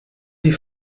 die